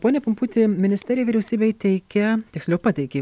pone pumputi ministerija vyriausybei teikia tiksliau pateikė